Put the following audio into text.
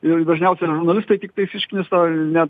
ir dažniausiai žurnalistai tiktais išknisa ne